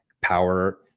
power